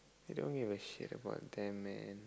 you don't give a shit about them man